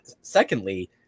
Secondly